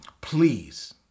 please